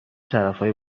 طرفای